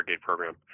program